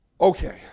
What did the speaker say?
Okay